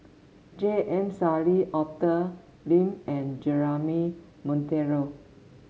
J M Sali Arthur Lim and Jeremy Monteiro